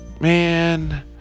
man